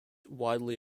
widely